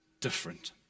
different